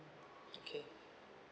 okay